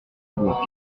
bourg